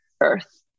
Earth